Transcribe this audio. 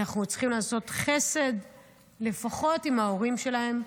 אנחנו צריכים לעשות חסד לפחות עם ההורים שלהם,